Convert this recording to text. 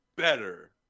better